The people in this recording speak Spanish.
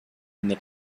donde